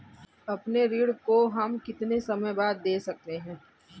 अपने ऋण को हम कितने समय बाद दे सकते हैं?